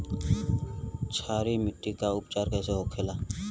क्षारीय मिट्टी का उपचार कैसे होखे ला?